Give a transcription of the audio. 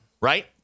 Right